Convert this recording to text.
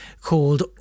called